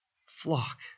flock